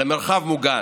למרחב מוגן.